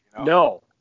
No